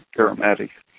aromatic